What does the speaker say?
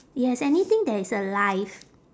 yes anything that is alive